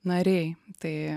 nariai tai